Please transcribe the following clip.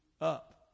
up